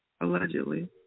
Allegedly